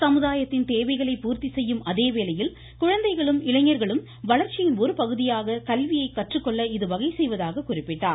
சமுதாயத்தின் தேவைகளை பூர்த்தி செய்யும் அதேவேளையில் குழந்தைகளும் இளைஞர்களும் தனி வளர்ச்சியின் ஒருபகுதியாக கல்வியை கற்றுக் கொள்ள இது வகைசெய்வதாக குறிப்பிட்டார்